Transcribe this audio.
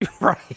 Right